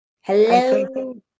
Hello